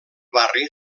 barri